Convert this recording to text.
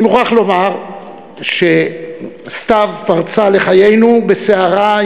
אני מוכרח לומר שסתיו פרצה לחיינו בסערה,